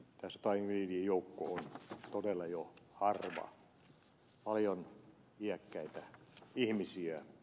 tämä sotainvalidien joukko on todella jo harva paljon iäkkäitä ihmisiä